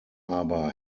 aber